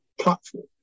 platform